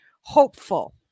hopeful